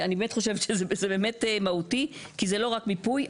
אני באמת חושבת שזה באמת מהותי כי זה לא רק מיפוי.